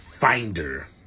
finder